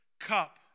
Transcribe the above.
cup